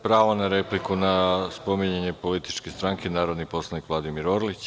Pravo na repliku, na spominjanje političke stranke, narodni poslanik Vladimir Orlić.